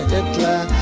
Hitler